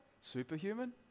Superhuman